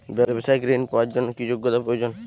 ব্যবসায়িক ঋণ পাওয়ার জন্যে কি যোগ্যতা প্রয়োজন?